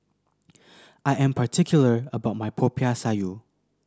I am particular about my Popiah Sayur